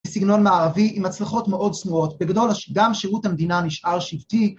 סגנון מערבי עם הצלחות מאוד צנועות בגדול גם שירות המדינה נשאר שבטי